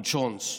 Bonne chance.